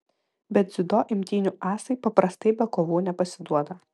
bet dziudo imtynių asai paprastai be kovų nepasiduoda